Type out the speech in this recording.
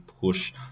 push